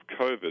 COVID